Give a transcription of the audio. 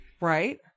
Right